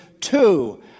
two